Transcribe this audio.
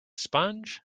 sponge